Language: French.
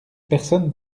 personne